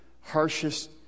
harshest